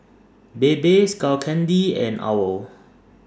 Bebe Skull Candy and OWL